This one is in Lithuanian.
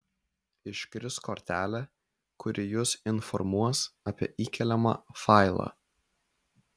iškris kortelė kuri jus informuos apie įkeliamą failą